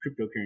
cryptocurrency